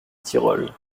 tyrol